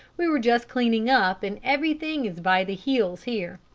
we were just cleaning up, and everything is by the heels here.